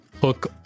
hook